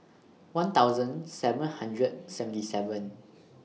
one thousand seven hundred seventy seven